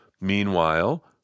Meanwhile